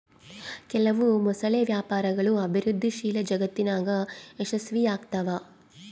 ಕೆಲವು ಮೊಸಳೆ ವ್ಯಾಪಾರಗಳು ಅಭಿವೃದ್ಧಿಶೀಲ ಜಗತ್ತಿನಾಗ ಯಶಸ್ವಿಯಾಗ್ತವ